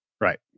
Right